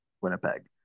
Winnipeg